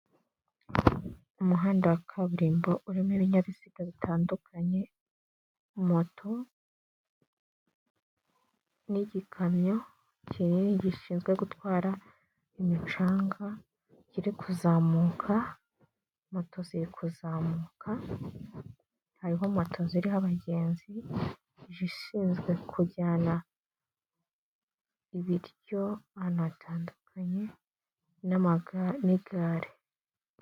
Umuhanda wa kaburimbo urimo ibinyabiziga bitandukanye moto n'igikamyo kinini gishinzwe gutwara imicanga kiri kuzamuka, moto ziye kuzamuka hariho moto ziriho abagenzi izishinzwe kujyana ibiryo ahantu hatandukanye n'amaga n'igare.